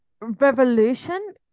revolution